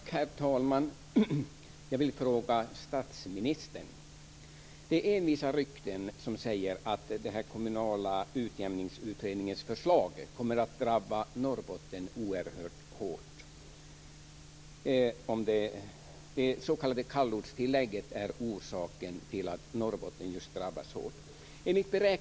Herr talman! Jag vill ställa en fråga till statsministern. Det är envisa rykten som säger att den kommunala utjämningsutredningens förslag kommer att drabba Norrbotten oerhört hårt. Det s.k. kallortstillägget är orsaken till att just Norrbotten drabbas hårt.